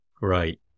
right